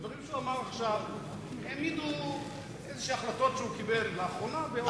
והדברים שהוא אמר עכשיו העמידו החלטות כלשהן שהוא קיבל לאחרונה באור,